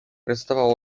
recytował